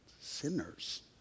sinners